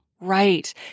Right